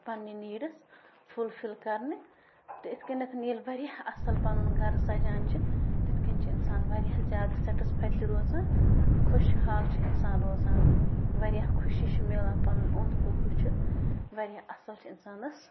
پنٛنہِ needs fulfil کَرنہِ تہٕ یِتھ کٔنٮ۪تھ ییٚلہِ واریاہ اَصٕل پَنُن گَرٕ سَجان چھِ تِتھ کَنۍ چھِ اِنسان واریاہ زیادٕ سٮ۪ٹٕسفَے تہِ روزان خوش حال چھِ اِنسان روزان واریاہ خوشی چھِ میلان پَنُن اوٚنٛد پوٚک وٕچھِتھ واریاہ اصٕل چھِ اِنسانَس